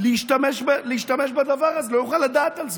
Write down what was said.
להשתמש בדבר הזה, לא יוכל לדעת על זה.